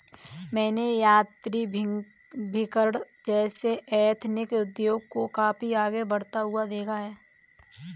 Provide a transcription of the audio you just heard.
मैंने यात्राभिकरण जैसे एथनिक उद्योग को काफी आगे बढ़ता हुआ देखा है